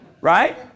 Right